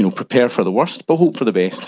and prepare for the worst but hope for the best.